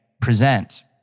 present